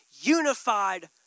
unified